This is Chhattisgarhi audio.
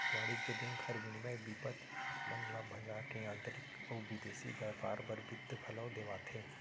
वाणिज्य बेंक हर विनिमय बिपत मन ल भंजा के आंतरिक अउ बिदेसी बैयपार बर बित्त घलौ देवाथे